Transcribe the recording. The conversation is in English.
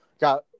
got